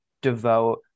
devote